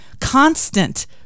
constant